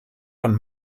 von